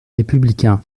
républicain